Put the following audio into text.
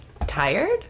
tired